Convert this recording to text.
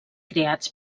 creats